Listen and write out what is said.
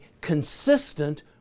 consistent